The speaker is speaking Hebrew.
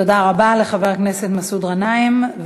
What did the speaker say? תודה רבה לחבר הכנסת מסעוד גנאים,